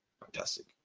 Fantastic